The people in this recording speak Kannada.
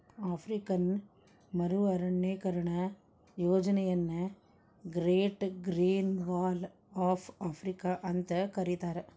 ಆಫ್ರಿಕನ್ ಮರು ಅರಣ್ಯೇಕರಣ ಯೋಜನೆಯನ್ನ great green wall of Africa ಅಂತ ಕರೇತಾರ